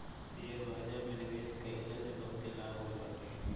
share बाजार में निवेश कईला से बहुते लाभ होत बाटे